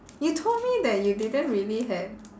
you told me that you didn't really have